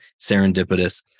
serendipitous